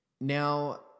Now